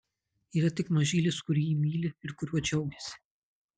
yra tik mažylis kurį ji myli ir kuriuo džiaugiasi